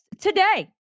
today